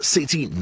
City